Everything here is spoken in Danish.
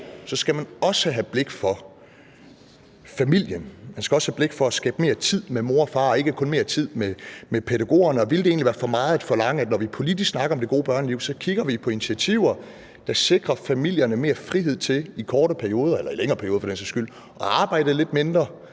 så skal man også have blik for familien, man skal også have blik for, at der skabes mulighed for mere tid med mor og far og ikke kun mere tid med pædagogerne. Ville det egentlig være for meget at forlange, at vi, når vi politisk snakker om det gode børneliv, så kigger på initiativer, der sikrer familierne mere frihed til i korte perioder eller for den sags skyld i længere perioder at arbejde lidt mindre